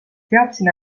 teadsin